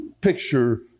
picture